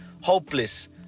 Hopeless